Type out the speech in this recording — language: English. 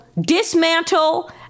dismantle